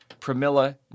Pramila